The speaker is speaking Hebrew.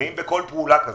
גאים בכל פעולה כזאת.